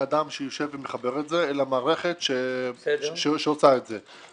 אדם שיושב ומחבר את זה אלא מערכת שעושה את זה.